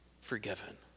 forgiven